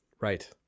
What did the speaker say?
Right